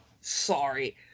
Sorry